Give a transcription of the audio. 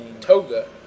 Toga